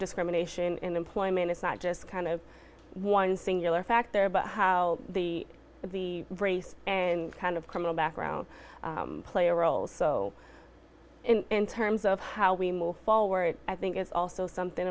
discrimination in employment it's not just kind of one singular factor about how the the race and kind of criminal background play a role so in terms of how we move forward i think is also something